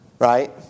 Right